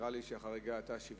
נראה לי שהחריגה היתה שוויונית.